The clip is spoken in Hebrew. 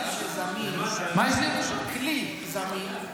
יש לך כלי זמין,